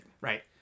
Right